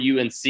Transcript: UNC